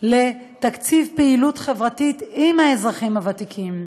לתקציב פעילות חברתית עם האזרחים הוותיקים.